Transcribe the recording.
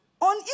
On